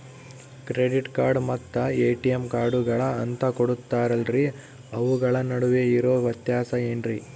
Credit card ಮತ್ತ ATM ಕಾರ್ಡುಗಳು ಅಂತಾ ಕೊಡುತ್ತಾರಲ್ರಿ ಅವುಗಳ ನಡುವೆ ಇರೋ ವ್ಯತ್ಯಾಸ ಏನ್ರಿ?